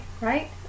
right